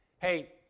hey